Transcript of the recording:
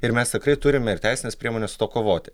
ir mes tikrai turime ir teisines priemones kovoti